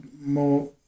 more